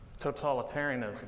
totalitarianism